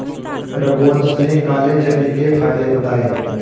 रघुवंश ने काले चने के फ़ायदे बताएँ